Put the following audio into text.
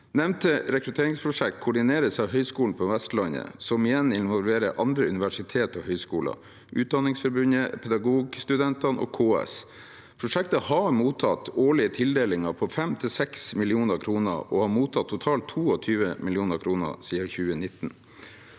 Nevnte rekrutteringsprosjekt koordineres av Høgskulen på Vestlandet, som igjen involverer andre universiteter og høyskoler, Utdanningsforbundet, Pedagogstudentene og KS. Prosjektet har mottatt årlige tildelinger på 5–6 mill. kr og har mottatt totalt 22 mill. kr siden 2019.